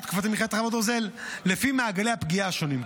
תקופת מלחמת חרבות ברזל לפי מעגלי הפגיעה השונים,